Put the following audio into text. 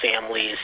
families